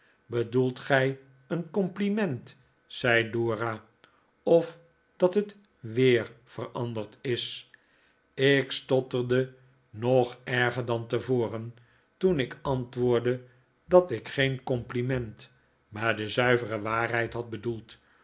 bedoelt gij een compliment zei dora of dat het weer veranderd is ik stotterde nog erger dan tevoren toen ik antwoordde dat ik geen compliment maar de zuivere waarheid had bedoeld